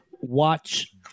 watch